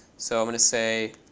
so i'm going to say